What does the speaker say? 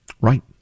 Right